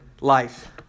life